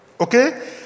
Okay